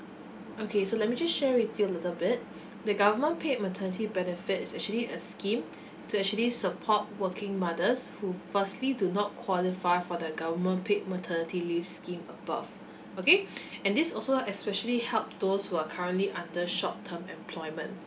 okay so let me just share with you a little bit the government paid maternity benefit is actually a scheme to actually support working mothers who firstly do not qualify for the government paid maternity leave scheme above okay and this also especially help those who are currently under the short term employment